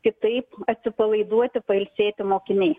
kitaip atsipalaiduoti pailsėti mokiniai